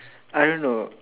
I don't know